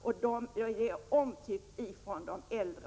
Personalen är också omtyckt av de äldre.